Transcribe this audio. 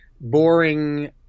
boring